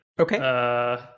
okay